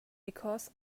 because